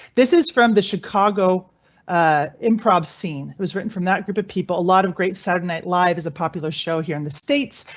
this is from the chicago improv scene. it was written from that group of people, a lot of great saturday night live is a popular show here in the states.